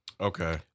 Okay